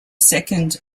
second